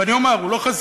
ואני אומר, הוא לא חזירי.